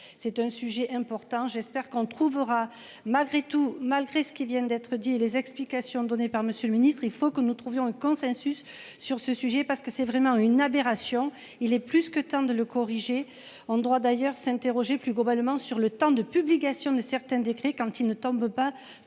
C'est un sujet important, j'espère qu'on trouvera malgré tout, malgré ce qui vient d'être dit. Les explications données par Monsieur le ministre, il faut que nous trouvions un consensus sur ce sujet parce que c'est vraiment une aberration. Il est plus que temps de le corriger en droit d'ailleurs s'interroger plus globalement sur le temps de publication de. Décrit quand il ne tombe pas